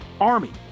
Army